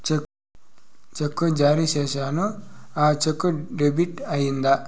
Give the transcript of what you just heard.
చెక్కు జారీ సేసాను, ఆ చెక్కు డెబిట్ అయిందా